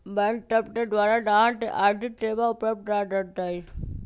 bank सब के द्वारा गाहक के आर्थिक सेवा उपलब्ध कराएल जाइ छइ